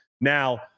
Now